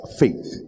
faith